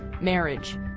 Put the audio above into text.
marriage